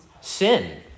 sin